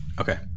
Okay